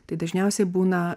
tai dažniausiai būna